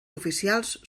oficials